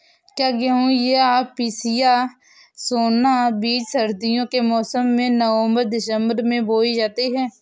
क्या गेहूँ या पिसिया सोना बीज सर्दियों के मौसम में नवम्बर दिसम्बर में बोई जाती है?